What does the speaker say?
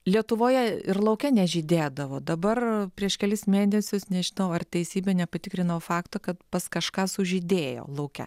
lietuvoje ir lauke nežydėdavo dabar prieš kelis mėnesius nežinau ar teisybė nepatikrinau fakto kad pas kažką sužydėjo lauke